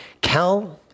Cal